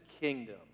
kingdom